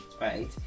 Right